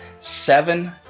seven